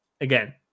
again